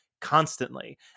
constantly